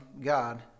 God